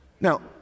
Now